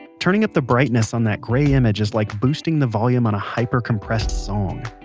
ah turning up the brightness on that gray image is like boosting the volume on a hyper-compressed song.